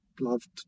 loved